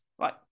Right